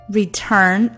return